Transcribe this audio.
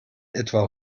etwa